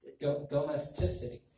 Domesticity